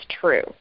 true